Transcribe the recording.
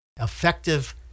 effective